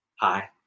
Hi